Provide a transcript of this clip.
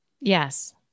Yes